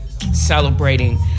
Celebrating